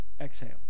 exhale